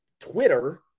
Twitter